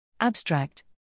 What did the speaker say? Abstract